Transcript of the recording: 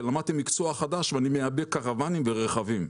למדתי מקצוע חדש ואני מייבא קרוואנים ורכבים.